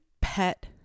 pet